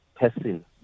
person